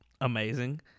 amazing